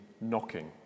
knocking